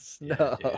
no